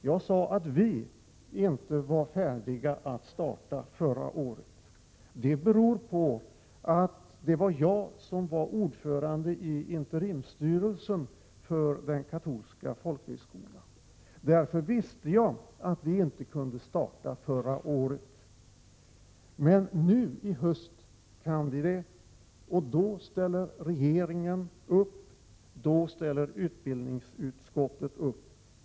Jag sade att vi inte var färdiga att starta förra året. Det beror på att det var jag som var ordförande i interimsstyrelsen för den katolska 119 folkhögskolan. Därför visste jag att vi inte kunde starta förra året. Men nu i höst kan vi det, och då ställer regeringen upp, då ställer utbildningsutskottet upp.